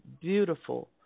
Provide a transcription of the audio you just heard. beautiful